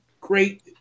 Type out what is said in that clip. great